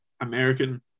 American